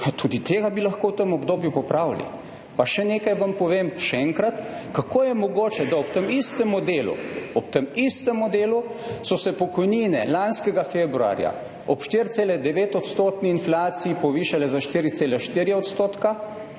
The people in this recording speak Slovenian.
tudi tega bi lahko v tem obdobju popravili. Pa še nekaj vam povem, še enkrat, kako je mogoče, da ob tem istem modelu, ob tem istem modelu so se pokojnine lanskega februarja ob 4,9-odstotni inflaciji povišale za 4,4 %,